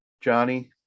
johnny